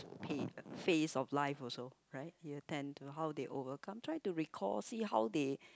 pain face of life also right you intend to how they overcome try to recall see how they